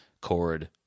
chord